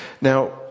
Now